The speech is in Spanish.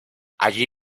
allí